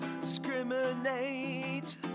Discriminate